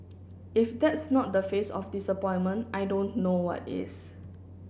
if that's not the face of disappointment I don't know what is